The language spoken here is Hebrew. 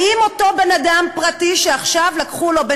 האם אותו בן אדם פרטי שעכשיו לקחו לו בין